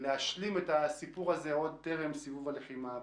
להשלים את הסיפור הזה טרם סיבוב הלחימה הבא.